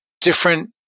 different